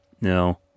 No